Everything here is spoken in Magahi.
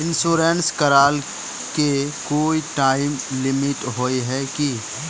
इंश्योरेंस कराए के कोई टाइम लिमिट होय है की?